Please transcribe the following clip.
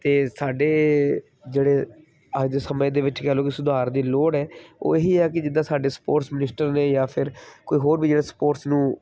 ਅਤੇ ਸਾਡੇ ਜਿਹੜੇ ਅੱਜ ਦੇ ਸਮੇਂ ਦੇ ਵਿੱਚ ਕਹਿ ਲਓ ਕਿ ਸੁਧਾਰ ਦੀ ਲੋੜ ਹੈ ਉਹ ਇਹ ਹੀ ਆ ਕਿ ਜਿੱਦਾਂ ਸਾਡੇ ਸਪੋਰਟਸ ਮਨਿਸਟਰ ਨੇ ਜਾਂ ਫਿਰ ਕੋਈ ਹੋਰ ਵੀ ਜਿਹੜੇ ਸਪੋਰਟਸ ਨੂੰ